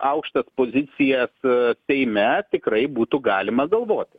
aukštas pozicijas seime tikrai būtų galima galvot